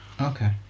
Okay